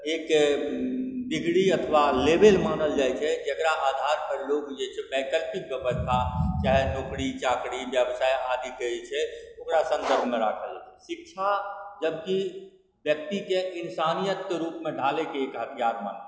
एक डिग्री अथवा लेवेल मानल जाइत छै जकरा आधारपर लोक जे वैकल्पिक व्यवस्था चाहे नौकरी चाकरी व्यवसाय आदिके जे छै ओकरा सन्दर्भमे राखल छै शिक्षा जबकि व्यक्तिके इन्सानियतके रूपमे ढालैके एक अध्यात्म